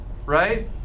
right